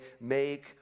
make